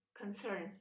concern